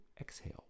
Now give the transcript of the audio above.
exhale